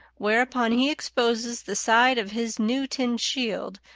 whereupon he exposes the side of his new tin shield,